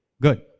Good